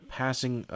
passing